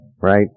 right